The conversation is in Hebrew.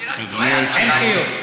אני רק, אדוני היושב-ראש, אין חיוך.